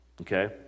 okay